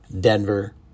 Denver